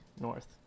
North